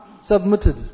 submitted